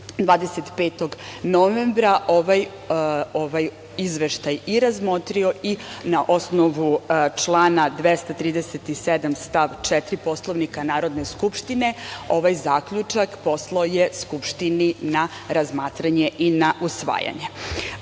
25. novembra ovaj izveštaj i razmotrio i na osnovu člana 237. stav 4. Poslovnika Narodne skupštine, ovaj zaključak poslao je Skupštini na razmatranje i na usvajanje. Ono